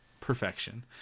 perfection